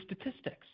statistics